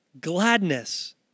gladness